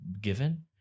given